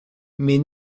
mais